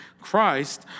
Christ